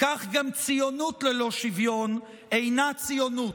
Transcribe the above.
כך גם ציונות ללא שוויון אינה ציונות.